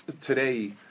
today